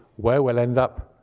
where we'll end up,